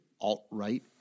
Alt-Right